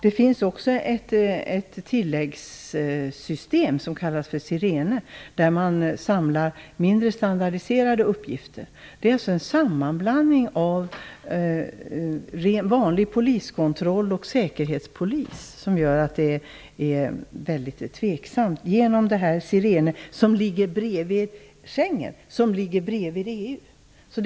Det finns också ett tilläggssystem som kallas för Sirene, där mindre standardiserade uppgifter samlas. Det är alltså fråga om en sammanblandning av vanlig poliskontroll och säkerhetspolis som gör det hela väldigt tveksamt. Först har vi Sirene, parallellt med Schengen och dessutom EU.